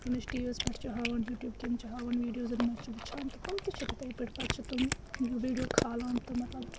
یِم اَسہِ T V یَس پٮ۪ٹھ چھ ہاوان یوٹیوب کِنۍ چھِ ہاوان ویڈیوزَن منٛز چھ وُچھان تہٕ تِم تہِ چھ تتھے پٲٹھۍ پَتہِ چھ تمے ویڈیو کھالان تہٕ مَطلَب